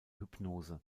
hypnose